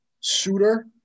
shooter